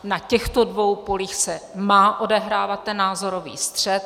Na těchto dvou polích se má odehrávat ten názorový střet.